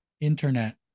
internet